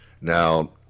Now